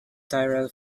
tyrrell